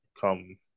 come